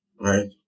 right